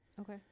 Okay